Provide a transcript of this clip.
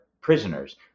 prisoners